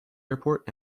airport